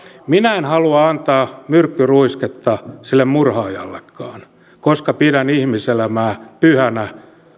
minä en halua antaa myrkkyruisketta sille murhaajallekaan koska pidän ihmiselämää pyhänä